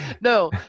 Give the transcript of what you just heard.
no